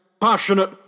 passionate